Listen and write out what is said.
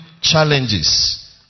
challenges